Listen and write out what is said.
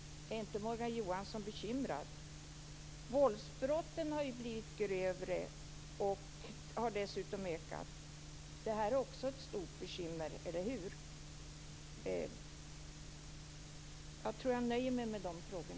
Är inte Morgan Johansson bekymrad? Våldsbrotten har ju blivit grövre, och de har dessutom ökat. Detta är också ett stort bekymmer, eller hur? Jag nöjer mig med dessa frågor.